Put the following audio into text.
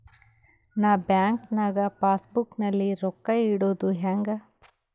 ನಾ ಬ್ಯಾಂಕ್ ನಾಗ passbook ನಲ್ಲಿ ರೊಕ್ಕ ಇಡುದು ಹ್ಯಾಂಗ್?